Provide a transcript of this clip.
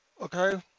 okay